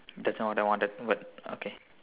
that's not what I wanted but okay